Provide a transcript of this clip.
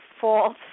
false